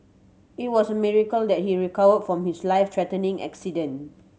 it was a miracle that he recovered from his life threatening accident